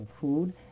food